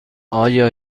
آیا